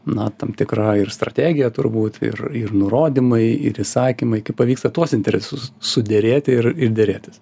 na tam tikra ir strategija turbūt ir ir nurodymai ir įsakymai kaip pavyksta tuos interesus suderėti ir ir derėtis